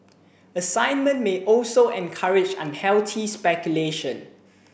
assignment may also encourage unhealthy speculation